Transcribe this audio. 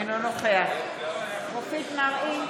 אינו נוכח מופיד מרעי,